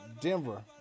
Denver